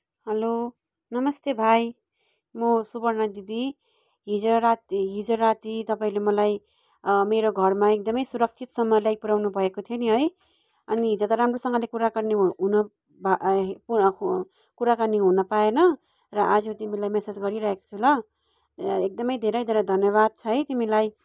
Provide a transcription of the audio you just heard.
hello नमस्ते भाइ म सुपर्ना दिदी हिजो राति हिजो राति तपाईँले मलाई मेरो घरमा एकदमै सुरक्षितसँग ल्याइ पुऱ्याउनु भएको थियो नि है अनि हिजो त राम्रोसँगले कुराकानी हुन कुराकानी हुन पाएन र आज तिमीलाई मेसेज गरिराखेको छु ल र एकदमै धेरै धेरै धन्यवाद छ है तिमीलाई